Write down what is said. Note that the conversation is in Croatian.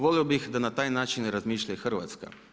Volio bih da na taj način razmišlja i Hrvatska.